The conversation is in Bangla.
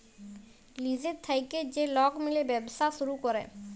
লিজের থ্যাইকে যে লক মিলে ব্যবছা ছুরু ক্যরে